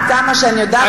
עד כמה שאני יודעת,